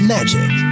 Magic